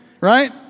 Right